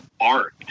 art